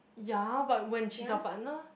ya but when she's your partner